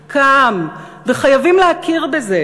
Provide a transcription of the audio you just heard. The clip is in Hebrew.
קם, וחייבים להכיר בזה,